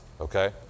okay